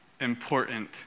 important